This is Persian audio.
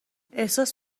احساس